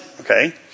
Okay